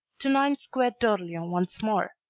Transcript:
to nine square d'orleans once more,